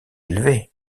élevé